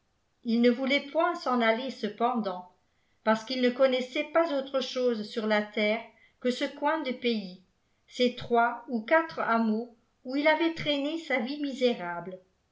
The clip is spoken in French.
il ne voulait point s'en aller cependant parce qu'il ne connaissait pas autre chose sur la terre que ce coin de pays ces trois ou quatre hameaux où il avait traîné sa vie misérable